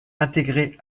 intégré